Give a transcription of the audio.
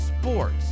sports